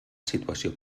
situació